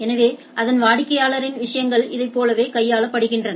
எனவே அதன் வாடிக்கையாளரின் விஷயங்கள் இதை போலவே கையாளப்படுகின்றன